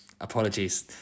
apologies